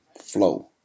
flow